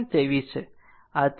23 છે આ 13